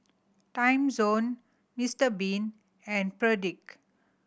Timezone Mister Bean and Perdix